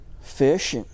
fish